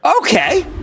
Okay